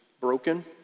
broken